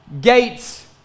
gates